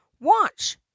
watch